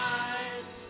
eyes